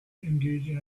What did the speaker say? engaging